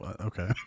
okay